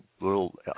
little